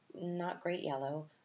not-great-yellow